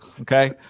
Okay